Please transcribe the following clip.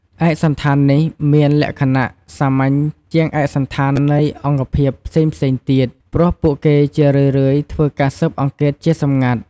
ឯកសណ្ឋាននេះមានលក្ខណៈសាមញ្ញជាងឯកសណ្ឋាននៃអង្គភាពផ្សេងៗទៀត ព្រោះពួកគេជារឿយៗធ្វើការស៊ើបអង្កេតជាសម្ងាត់។